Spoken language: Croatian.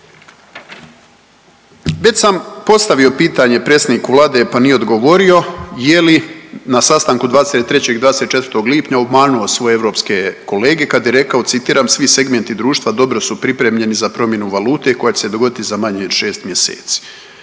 Već sam postavio pitanje predsjedniku Vlade pa nije odgovorio je li na sastanku 23. i 24. lipnja obmanuo svoje europske kolege kad je rekao citiram: „Svi segmenti društva dobro su pripremljeni za promjenu valute koja će se dogoditi za manje od 6 mjeseci.“